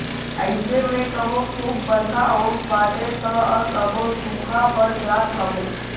अइसे में कबो खूब बरखा होत बाटे तअ कबो सुखा पड़ जात हवे